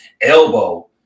elbow